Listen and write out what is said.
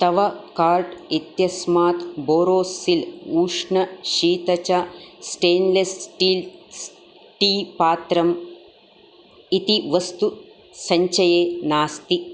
तव कार्ट् इत्यस्मात् बोरोसिल् उष्ण शीत च स्टेन्लेस् स्टील् टी पात्रम् इति वस्तु सञ्चये नास्ति